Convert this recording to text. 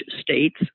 states